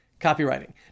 copywriting